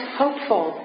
hopeful